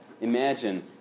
Imagine